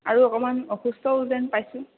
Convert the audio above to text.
আৰু অকণমান অসুস্থও যেন পাইছোঁ